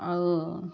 ଆଉ